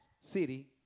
city